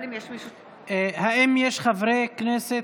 האם יש חברי כנסת,